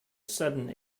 sudden